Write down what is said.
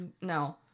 no